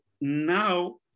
now